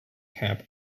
camp